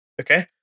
Okay